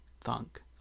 thunk